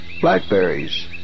blackberries